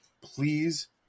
Please